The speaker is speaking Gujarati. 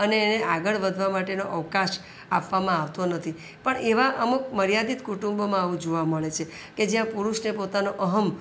અને આગળ વધવા માટેનો અવકાશ આપવામાં આવતો નથી પણ એવા અમુક મર્યાદિત કુટુંબોમાં આવું જોવા મળે છે કે જ્યાં પુરુષને પોતાનો અહં